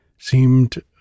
seemed